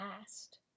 asked